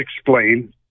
explain